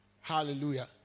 Hallelujah